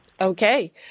Okay